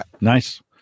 nice